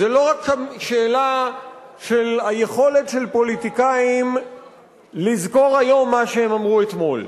זו לא רק שאלה של היכולת של פוליטיקאים לזכור היום מה שהם אמרו אתמול.